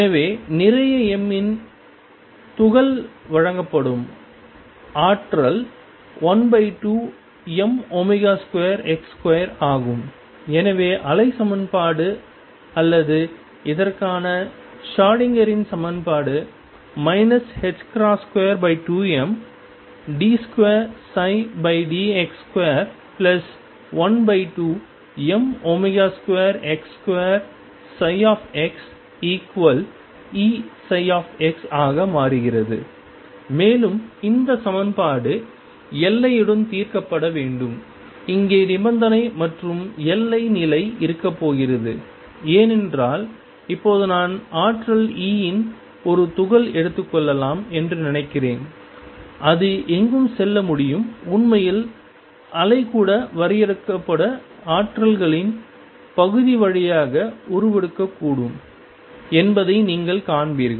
எனவே நிறை m இன் துகள் வழங்கப்படும் ஆற்றல் 12m2x2 ஆகும் எனவே அலை சமன்பாடு அல்லது இதற்கான ஷ்ரோடிங்கரின் சமன்பாடு 22md2dx2 12m2x2Eψ ஆக மாறுகிறது மேலும் இந்த சமன்பாடு எல்லையுடன் தீர்க்கப்பட வேண்டும் இங்கே நிபந்தனை மற்றும் எல்லை நிலை இருக்கப் போகிறது ஏனென்றால் இப்போது நான் ஆற்றல் E இன் ஒரு துகள் எடுத்துக்கொள்ளலாம் என்று நினைக்கிறேன் அது எங்கும் செல்ல முடியும் உண்மையில் அலை கூட வரையறுக்கப்பட்ட ஆற்றல்களின் பகுதி வழியாக ஊடுருவக்கூடும் என்பதை நீங்கள் காண்பீர்கள்